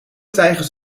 tijgers